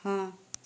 ହଁ